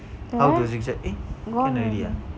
there gone already